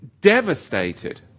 devastated